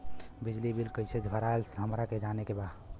बिजली बिल कईसे भराला हमरा के जाने के बा?